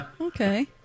Okay